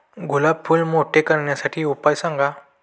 गुलाब फूल मोठे करण्यासाठी उपाय सांगा?